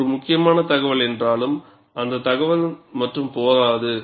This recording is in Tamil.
இது ஒரு முக்கியமான தகவல் என்றாலும் அந்த தகவல் மட்டும் போதாது